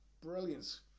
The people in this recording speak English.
brilliance